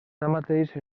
tanmateix